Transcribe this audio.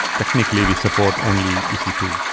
technically we support only e c two.